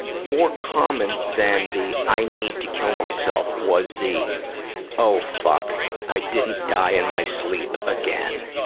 more common than the i need to kill myself was the oh fuck, i didn't die in my sleep again,